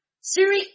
Siri